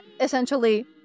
essentially